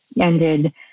ended